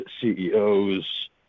CEOs